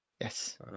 Yes